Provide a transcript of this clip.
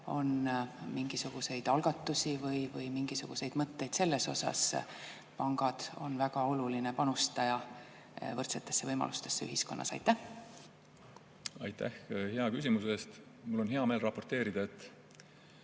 on mingisuguseid algatusi või mingisuguseid mõtteid selles osas? Pangad on väga olulised panustajad võrdsetesse võimalustesse ühiskonnas. Aitäh hea küsimuse eest! Mul on hea meel raporteerida, et